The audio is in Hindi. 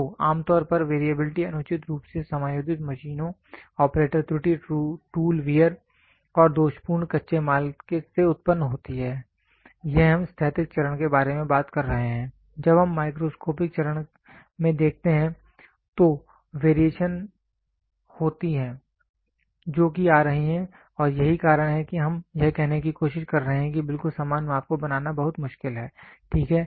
तो आमतौर पर वेरीएबिलिटी अनुचित रूप से समायोजित मशीनों ऑपरेटर त्रुटि टूल वेयर और दोषपूर्ण कच्चे माल से उत्पन्न होती है यह हम स्थैतिक चरण के बारे में बात कर रहे हैं जब आप माइक्रोस्कोपिक चरण में देखते हैं तो वेरिएशन होती हैं जो कि आ रही हैं और यही कारण है कि हम यह कहने की कोशिश कर रहे हैं कि बिल्कुल समान माप को बनाना बहुत मुश्किल है ठीक है